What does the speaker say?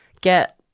get